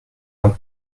one